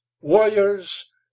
warriors